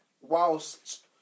whilst